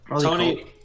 Tony